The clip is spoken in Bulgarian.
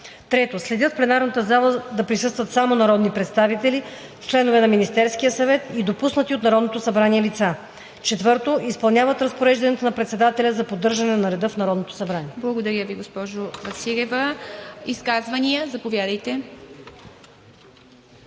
3. следят в пленарната зала да присъстват само народни представители, членове на Министерския съвет и допуснати от Народното събрание лица; 4. изпълняват разпорежданията на председателя за поддържане на реда в Народното събрание.“ ПРЕДСЕДАТЕЛ ИВА МИТЕВА: Благодаря Ви, госпожо Василева. Изказвания? Заповядайте.